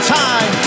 time